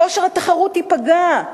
כושר התחרות ייפגע.